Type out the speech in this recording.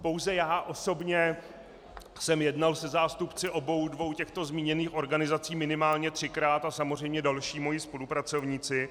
Pouze já osobně jsem jednal se zástupci obou těchto zmíněných organizací minimálně třikrát a samozřejmě další moji spolupracovníci.